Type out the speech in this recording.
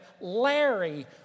Larry